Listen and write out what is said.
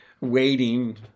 waiting